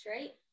right